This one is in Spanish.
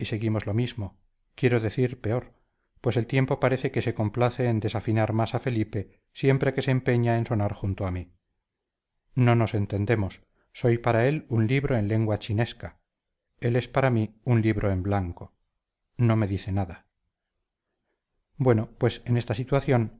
seguimos lo mismo quiero decir peor pues el tiempo parece que se complace en desafinar más a felipe siempre que se empeña en sonar junto a mí no nos entendemos soy para él un libro en lengua chinesca él es para mí un libro en blanco no me dice nada bueno pues en esta situación